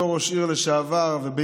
בתור ראש עיר לשעבר בירוחם,